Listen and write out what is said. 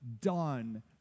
done